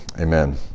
Amen